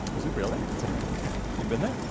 is it really? it's a rowdy town. you've been there?